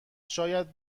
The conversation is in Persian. شاید